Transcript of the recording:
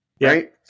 right